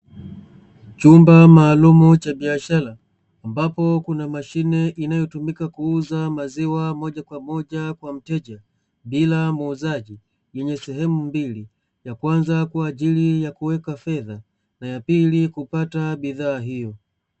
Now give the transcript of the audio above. Chumba maalumu cha biashara, ambapo kuna mashine inayotumika kuuza maziwa moja kwa moja kwa mteja bila muuzaji; yenye sehemu mbili, ya kwanza kwa ajili ya kuweka fedha na ya pili kupata bidhaa hiyo.